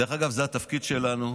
דרך אגב, זה התפקיד שלנו.